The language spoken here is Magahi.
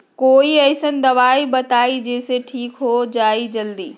कोई अईसन दवाई बताई जे से ठीक हो जई जल्दी?